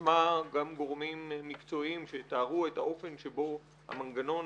ותשמע גם גורמים מקצועיים שיתארו את האופן שבו המנגנון